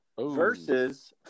versus